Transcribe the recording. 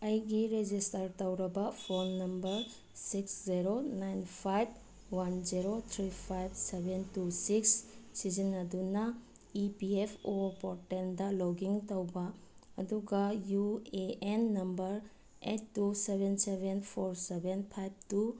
ꯑꯩꯒꯤ ꯔꯦꯖꯤꯁꯇꯔ ꯇꯧꯔꯕ phone number six zero nine five one zero three five seven two six ꯁꯤꯖꯤꯟꯅꯗꯨꯅ E P F O ꯄꯣꯔꯇꯦꯜꯗ log in ꯇꯧꯕ ꯑꯗꯨꯒ U A N number eight two seven seven four seven five two